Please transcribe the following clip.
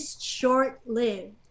short-lived